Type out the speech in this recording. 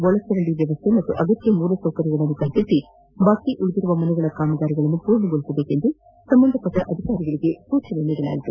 ಒಳಚರಂಡಿ ವ್ಯವಸ್ಥೆ ಹಾಗೂ ಅಗತ್ಯ ಮೂಲ ಸೌಕರ್ಯಗಳನ್ನು ಕಲ್ಪಿಸಿ ಬಾಕಿ ಉಳಿದಿರುವ ಮನೆಗಳ ಕಾಮಗಾರಿಗಳನ್ನು ಪೂರ್ಣಗೊಳಿಸುವಂತೆ ಸಂಬಂಧಪಟ್ಟ ಅಧಿಕಾರಿಗಳಗೆ ಸೂಚಿಸಿದರು